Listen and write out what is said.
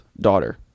daughter